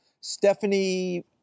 Stephanie